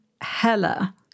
Hella